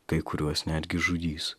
kai kuriuos netgi žudys